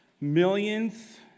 millions